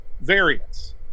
variants